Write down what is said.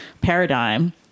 paradigm